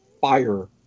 fire